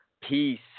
Peace